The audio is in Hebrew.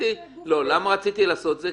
למה רציתי לעשות את זה?